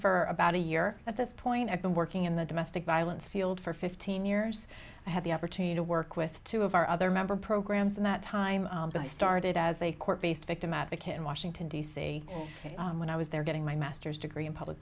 for about a year at this point i've been working in the domestic violence field for fifteen years i had the opportunity to work with two of our other member programs in that time and i started as a court based victim advocate in washington d c when i was there getting my master's degree in public